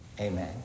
Amen